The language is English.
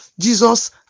jesus